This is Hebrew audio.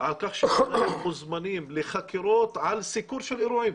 על כך שמוזמנים לחקירות על סיקור של אירועים.